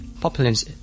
populace